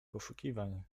poszukiwań